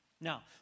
Now